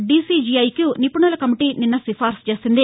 డీసీజీఐకు నిపుణుల కమిటీ నిన్న సిఫార్సు చేసింది